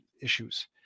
issues